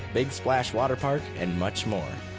big splash waterpark and much more.